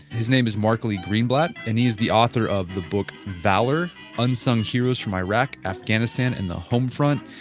his name is mark lee greenblatt and he is the author of the book valor unsung heroes from iraq, afghanistan, and the home front.